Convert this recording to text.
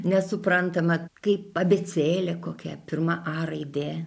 nesuprantama kaip abėcėlė kokia pirma a raidė